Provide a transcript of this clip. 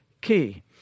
key